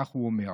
כך הוא אומר.